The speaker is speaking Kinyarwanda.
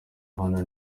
hano